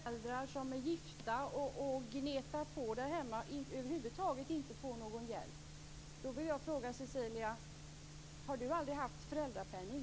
Herr talman! Cecilia Magnusson säger att de föräldrar som är gifta och gnetar på där hemma över huvud taget inte får någon hjälp. Då vill jag fråga Cecilia: Har du aldrig haft föräldrapenning?